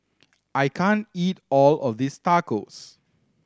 I can't eat all of this Tacos